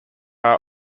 are